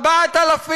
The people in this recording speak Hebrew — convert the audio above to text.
4000,